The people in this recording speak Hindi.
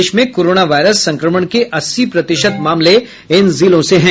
देश में कोरोना वायरस संक्रमण के अस्सी प्रतिशत मामले इन जिलों से हैं